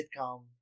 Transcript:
sitcom